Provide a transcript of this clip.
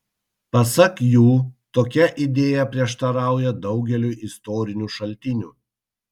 pasak jų tokia idėja prieštarauja daugeliui istorinių šaltinių